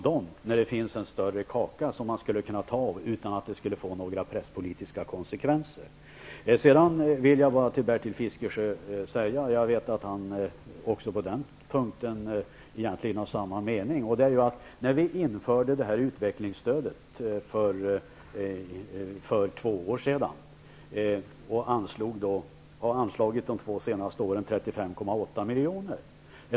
Det finns ju en större kaka som man kan ta av utan att det får några presspolitiska konsekvenser. Jag vet att Bertil Fiskesjö egentligen har samma mening som jag även på en annan punkt. Vi införde utvecklingsstödet för två år sedan, och vi har de senste två åren anslagit 35,8 miljoner.